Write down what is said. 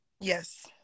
yes